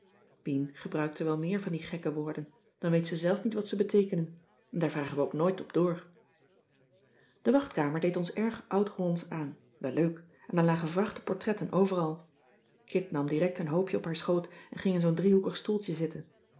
pien gebruikte wel meer van die gekke woorden dan weet ze zelf niet wat ze beteekenen en daar vragen wij ook nooit op door de wachtkamer deed ons erg oud hollandsch aan wel leuk en er lagen vrachten portretten overal kit nam direct een hoopje op haar schoot en ging in zoo'n driehoekig stoeltje zitten